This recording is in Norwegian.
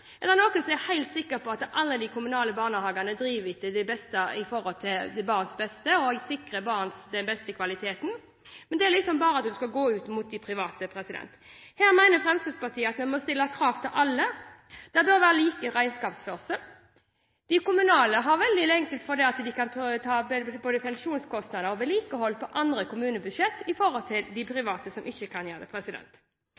Er det noen som er helt sikre på at alle de kommunale barnehagene driver med tanke på barnets beste, og å sikre barn den beste kvaliteten? Men det er slik at man bare går ut mot de private. Her mener Fremskrittspartiet at vi må stille krav til alle. Det bør være lik regnskapsførsel. De kommunale har det veldig enkelt fordi de kan ta både pensjonskostnader og vedlikehold fra andre kommunebudsjett – i motsetning til